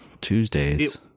Tuesdays